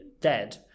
dead